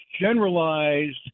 generalized